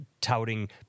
touting